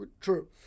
true